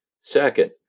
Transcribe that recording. Second